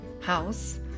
house